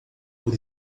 por